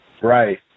Right